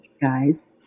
guys